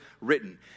written